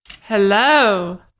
Hello